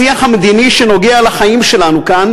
השיח המדיני שנוגע לחיים שלנו כאן